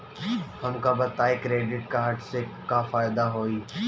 हमका बताई credit card से का फायदा होई?